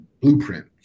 blueprint